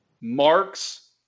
Marks